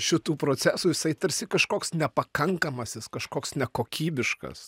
šitų procesų jisai tarsi kažkoks nepakankamas jis kažkoks nekokybiškas